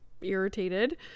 irritated